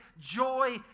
joy